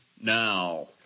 now